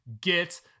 get